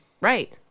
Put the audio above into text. Right